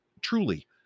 truly